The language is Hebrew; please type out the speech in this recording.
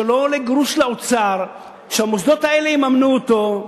שלא עולה גרוש לאוצר, שהמוסדות האלה יממנו אותו,